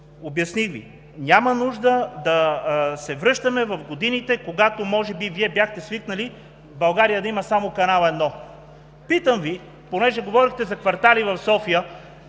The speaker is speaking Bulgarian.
Обясних Ви – няма нужда да се връщаме в годините, когато може би Вие бяхте свикнали в България да има само „Канал 1“. Питам Ви, понеже говорите за квартали в София,